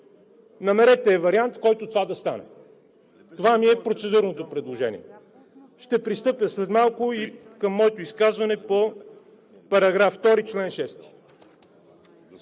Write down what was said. Намерете вариант, в който това да стане. Това ми е процедурното предложение. Ще пристъпя след малко и към моето изказване по § 2, чл. 6.